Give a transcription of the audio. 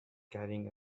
carrying